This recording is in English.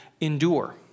endure